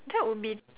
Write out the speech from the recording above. that would be